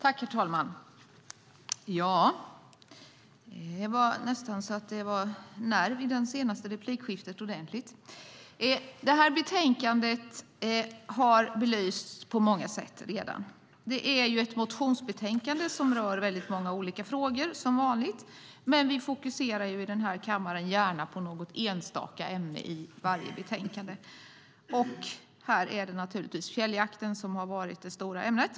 Herr talman! Det blev nästan ordentligt med nerv i det senaste replikskiftet här. Detta betänkande har redan belysts på många sätt. Det är ett motionsbetänkande som, som vanligt, rör många olika frågor. Men i denna kammare fokuserar vi gärna på något enstaka ämne i varje betänkande. Här är det naturligtvis fjälljakten som varit det stora ämnet.